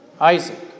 Isaac